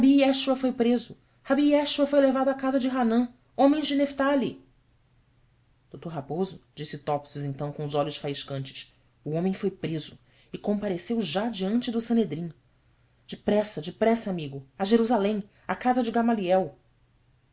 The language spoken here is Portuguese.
jeschoua foi preso rabi jeschoua foi levado a casa de hanão homens de neftali d raposo disse topsius então com os olhos faiscantes o homem foi preso e compareceu já diante do sanedrim depressa depressa amigo a jerusalém à casa de gamaliel